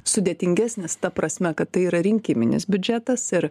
sudėtingesnis ta prasme kad tai yra rinkiminis biudžetas ir